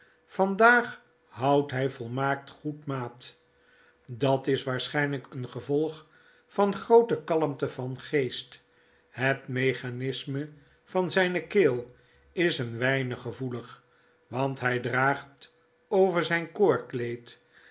vandaag houdt hij volmaakt goed maat dat is waarschijnlijk een gevolg van groote kalmte van geest het mechanisme van zijne keel is een weinig gevoelig want hij draagt over zijn